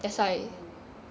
oh